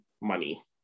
money